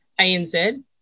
ANZ